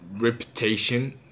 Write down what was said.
reputation